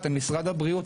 אתם משרד הבריאות,